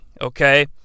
Okay